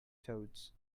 toads